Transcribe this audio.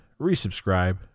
resubscribe